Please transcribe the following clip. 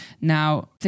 Now